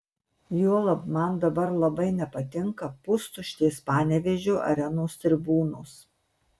juolab man dabar labai nepatinka pustuštės panevėžio arenos tribūnos